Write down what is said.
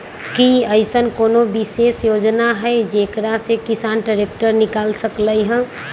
कि अईसन कोनो विशेष योजना हई जेकरा से किसान ट्रैक्टर निकाल सकलई ह?